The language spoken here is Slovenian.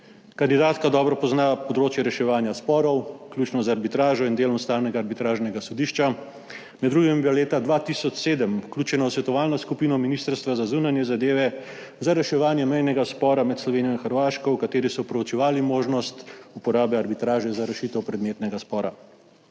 Kandidatka dobro pozna področje reševanja sporov, vključno z arbitražo in delom Stalnega arbitražnega sodišča. Med drugim je bila leta 2007 vključena v svetovalno skupino Ministrstva za zunanje zadeve za reševanje mejnega spora med Slovenijo in Hrvaško, v kateri so proučevali možnost uporabe arbitraže za rešitev predmetnega spora.